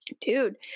dude